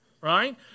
Right